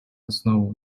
основу